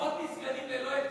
עשרות מסגדים ללא היתרים,